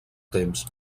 temps